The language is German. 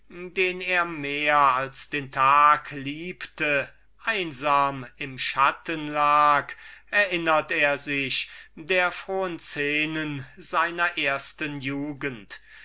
den er mehr als den tag liebte so einsam im schatten lag erinnert er sich der frohen szenen seiner ersten jugend